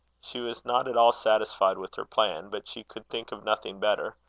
she was not at all satisfied with her plan, but she could think of nothing better.